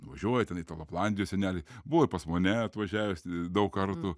važiuoja ten į tą laplandiją seneliai buvo ir pas mane atvažiavęs daug kartų